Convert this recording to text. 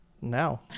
Now